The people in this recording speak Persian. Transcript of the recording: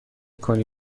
کنی